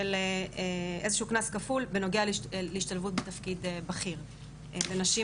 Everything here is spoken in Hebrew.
של איזשהו קנס כפול בנוגע להשתלבות בתפקיד בכיר לנשים,